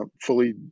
fully